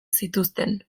zituzten